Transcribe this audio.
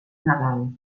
nadal